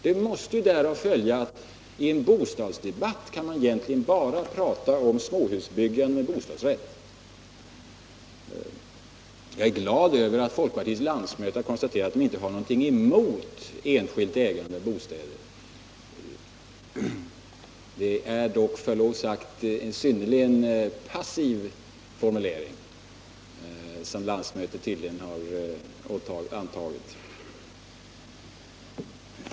Därav måste följa att man i en bostadsdebatt egentligen bara kan tala om småhusbyggande med bostadsrätt. Jag är glad över att folkpartiets landsmöte har konstaterat att folkpartiet inte har någonting emot enskilt ägande av bostäder. Det är dock, med förlov sagt, en synnerligen passiv formulering, som landsmötet tydligen har antagit.